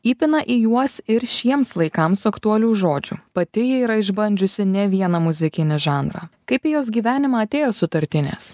įpina į juos ir šiems laikams aktualių žodžių pati ji yra išbandžiusi ne vieną muzikinį žanrą kaip į jos gyvenimą atėjo sutartinės